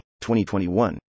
2021